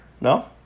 No